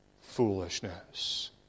foolishness